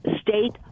state